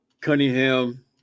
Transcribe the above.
Cunningham